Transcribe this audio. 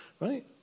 Right